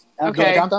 okay